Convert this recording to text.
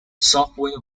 software